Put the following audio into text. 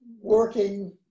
working